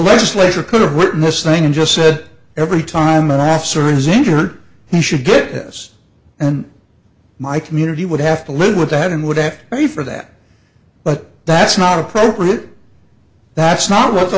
legislature could have witnessed something and just said every time an officer is injured he should get us and my community would have to live with that and would ask me for that but that's not appropriate that's not what the